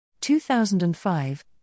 2005